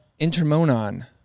Intermonon